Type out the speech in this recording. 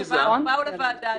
באו לוועדה,